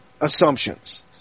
assumptions